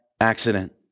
accident